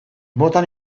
bota